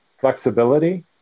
flexibility